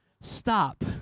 stop